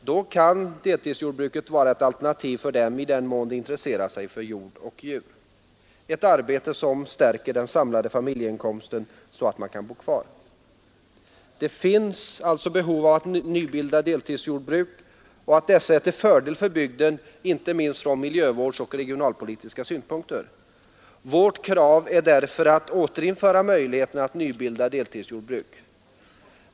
Då kan deltidsjordbruket vara ett alternativ för dem i den mån de intresserar sig för jord och djur — ett arbete som stärker den samlade familjeinkomsten så att man kan bo kvar. Det finns alltså behov av att nybilda deltidsjordbruk, och dessa är till fördel för bygden inte minst från miljövårdsoch regionalpolitisk synpunkt. Vårt krav är därför att återinföra möjligheten att nybilda deltidsjordbruk.